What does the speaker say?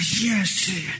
yes